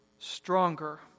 stronger